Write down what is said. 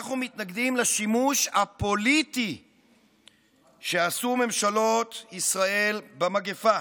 אנחנו מתנגדים לשימוש הפוליטי שעשו ממשלות ישראל במגפה.